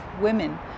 women